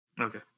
Okay